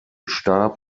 stab